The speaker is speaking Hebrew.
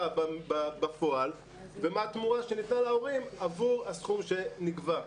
בפועל ומה התמורה שניתנה להורים עבור הסכום שנגבה.